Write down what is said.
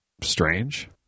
strange